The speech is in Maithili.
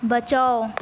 बचाउ